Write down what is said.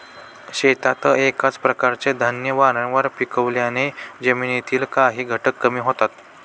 शेतात एकाच प्रकारचे धान्य वारंवार पिकवल्याने जमिनीतील काही घटक कमी होतात